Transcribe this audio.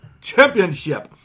Championship